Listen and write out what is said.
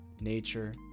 nature